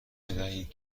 بدهید